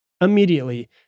immediately